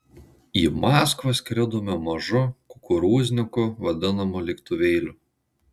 į maskvą skridome mažu kukurūzniku vadinamu lėktuvėliu